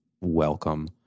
welcome